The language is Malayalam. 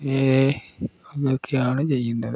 ഏ അതൊക്കെയാണ് ചെയ്യുന്നത്